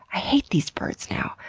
i hate these birds now.